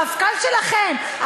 המפכ"ל שלכם,